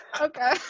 Okay